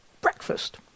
breakfast